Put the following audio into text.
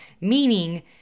meaning